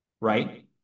right